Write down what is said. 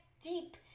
deep